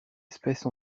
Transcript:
espèce